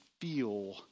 feel